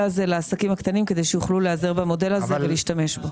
הזה לעסקים הקטנים כדי שיוכלו להיעזר במודל הזה ולהשתמש בו.